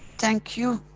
thank you,